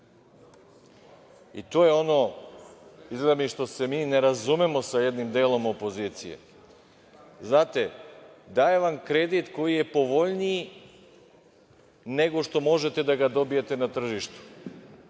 I to je ono, izgleda mi, gde se mi ne razumemo sa jednim delom opozicije. Znate, daju vam kredit koji je povoljniji nego što možete da ga dobijete na tržištu.